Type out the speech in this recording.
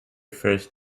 first